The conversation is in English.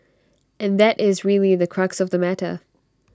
and that is really the crux of the matter